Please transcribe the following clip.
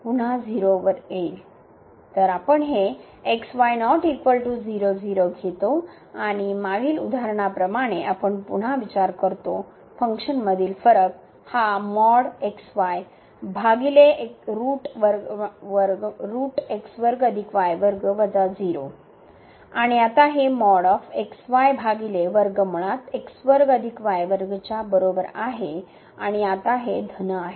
तर आपण हे घेतो आणि मागील उदाहरणाप्रमाणे आपण पुन्हा विचार करतो फंक्शन मधील फरक हा आणि आता हे च्या बरोबर आहे आणि आता हे धन आहे